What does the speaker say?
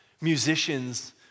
Musicians